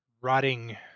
rotting